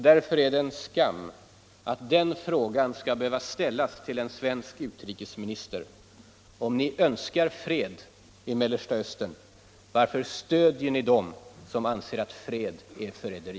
Därför är det en skam att den frågan skall behöva ställas till en svensk utrikesminister: Om ni önskar fred i Mellersta Östern — varför stöder ni dem som anser att fred är förräderi?